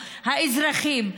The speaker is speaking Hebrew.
האזרחים,